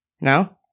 No